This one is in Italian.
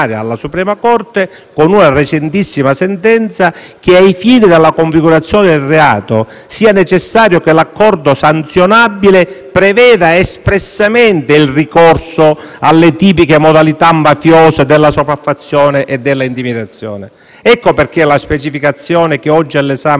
sentenza, che ai fini dalla configurazione del reato sia necessario che l'accordo sanzionabile preveda espressamente il ricorso alle tipiche modalità mafiose della sopraffazione e dell'intimidazione. Ecco perché la specificazione che oggi è all'esame del Parlamento chiarisce, senza